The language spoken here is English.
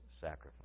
sacrifice